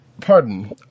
Pardon